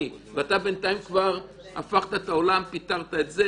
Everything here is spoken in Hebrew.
ואתה בינתיים כבר הפכת את העולם פיטרת את זה,